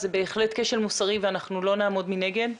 זה בהחלט כשל מוסרי ואנחנו לא נעמוד מנגד.